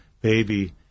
baby